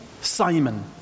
Simon